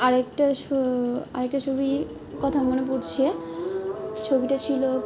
আরকটা আরেকটা ছবি কথা মনে পড়ছে ছবিটা ছিলো